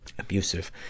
abusive